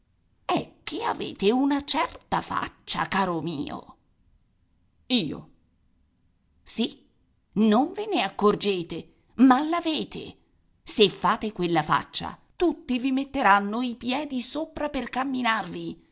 è che avete una certa faccia caro mio io sì non ve ne accorgete ma l'avete se fate quella faccia tutti vi metteranno i piedi sopra per camminarvi